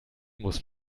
muss